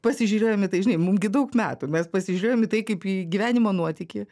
pasižiūrėjom į tai žinai mum gi daug metų mes pasižiūrėjom į tai kaip į gyvenimo nuotykį